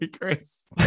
chris